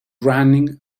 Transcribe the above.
running